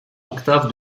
octave